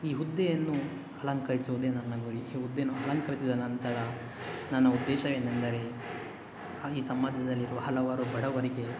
ಈ ಹುದ್ದೆಯನ್ನು ಅಲಂಕರಿಸುವುದೇ ನನ್ನ ಗುರಿ ಈ ಹುದ್ದೆಯನ್ನು ಅಲಂಕರಿಸಿದ ನಂತರ ನನ್ನ ಉದ್ದೇಶವೇನೆಂದರೆ ಈ ಸಮಾಜದಲ್ಲಿರುವ ಹಲವಾರು ಬಡವರಿಗೆ